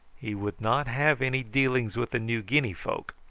he would not have any dealings with the new guinea folk.